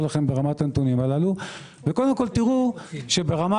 לכם ברמת הנתונים הללו - ותראו שברמת